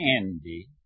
candy